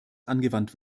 angewandt